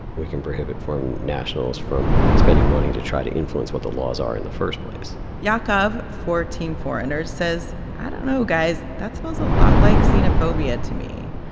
we can prohibit foreign nationals from spending money to try to influence what the laws are in the first place yaakov, for team foreigners, says, i don't know, guys, that smells a lot like xenophobia to me.